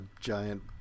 giant